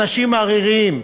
אנשים עריריים,